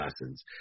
lessons